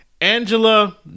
Angela